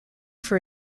for